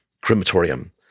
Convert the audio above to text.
crematorium